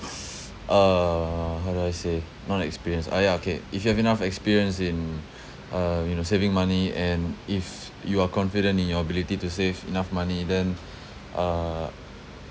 uh how do I say not experience ah ya okay if you have enough experience in um you know saving money and if you are confident in your ability to save enough money then uh